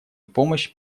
помощь